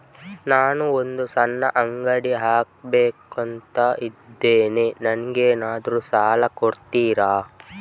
ನಾನು ಒಂದು ಸಣ್ಣ ಅಂಗಡಿ ಹಾಕಬೇಕುಂತ ಇದ್ದೇನೆ ನಂಗೇನಾದ್ರು ಸಾಲ ಕೊಡ್ತೀರಾ?